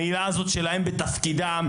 המעילה הזו שלהם בתפקידם,